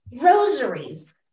rosaries